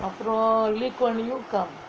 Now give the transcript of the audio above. அப்ரோ:apro lee kuan yew come